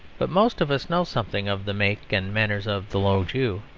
but most of us know something of the make and manners of the low jew,